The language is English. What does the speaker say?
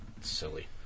silly